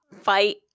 fight